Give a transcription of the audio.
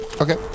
Okay